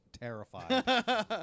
terrified